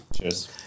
cheers